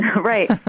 Right